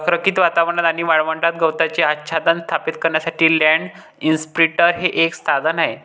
रखरखीत वातावरणात आणि वाळवंटात गवताचे आच्छादन स्थापित करण्यासाठी लँड इंप्रिंटर हे एक साधन आहे